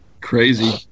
crazy